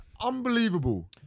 unbelievable